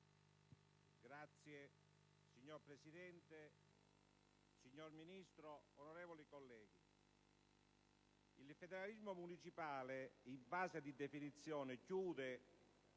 *(PD)*. Signor Presidente, signor Ministro, onorevoli colleghi,